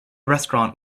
restaurant